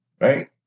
Right